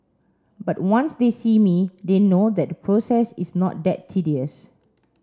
but once they see me they know that the process is not that tedious